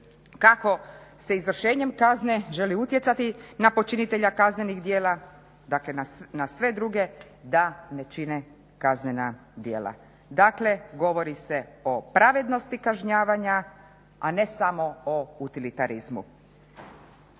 kako se izvršenjem kazne želi utjecati na počinitelja kaznenih djela, dakle na sve druge da ne čine kaznena djela, dakle govori se o pravednosti kažnjavanja a ne samo o utilitarizmu.